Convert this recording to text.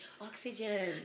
Oxygen